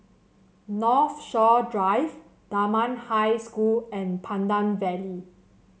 Northshore Drive Dunman High School and Pandan Valley